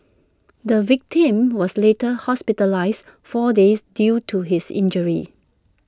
the victim was later hospitalised four days due to his injuries